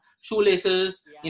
shoelaces